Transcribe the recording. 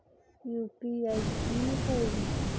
UPI की होई?